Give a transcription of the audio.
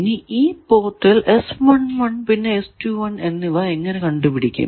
ഇനി ഈ പോർട്ടിൽ പിന്നെ എന്നിവ എങ്ങനെ കണ്ടുപിടിക്കും